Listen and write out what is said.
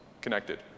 connected